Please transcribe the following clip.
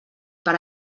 per